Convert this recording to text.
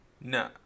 No